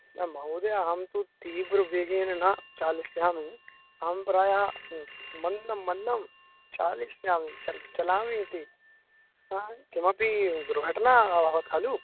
न महोदय अहं तु तीव्रवेगेन न चालिष्यामि अहं प्रायः मन्दं मन्दं चालिष्यामि चल् चलामि इति किमपि दुर्घटना अभवत् खलु